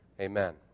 Amen